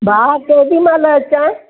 भाउ केॾी माल अचां